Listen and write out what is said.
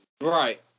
Right